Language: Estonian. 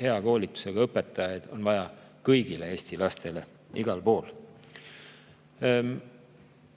hea koolitusega õpetajaid on vaja kõigile Eesti lastele igal pool.